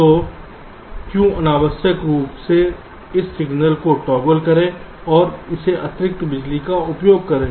तो क्यों अनावश्यक रूप से इस सिग्नल को टॉगल करें और इसे अतिरिक्त बिजली का उपभोग करें